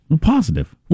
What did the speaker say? Positive